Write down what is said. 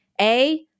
A-